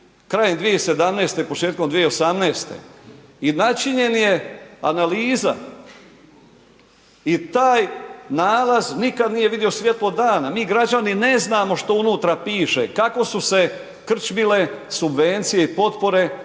krajem 2017., početkom 2018. i načinjena je analiza i taj nalaz nikad nije vidio svjetlo dana, mi građani ne znamo što unutra piše, kako su krčmile subvencije i potpore koje